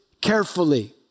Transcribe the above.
carefully